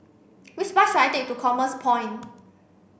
which bus should I take to Commerce Point